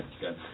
good